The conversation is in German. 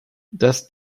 dass